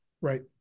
Right